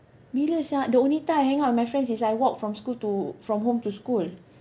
bila sia the only time I hang out with my friends is I walk from school to from home to school